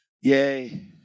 Yay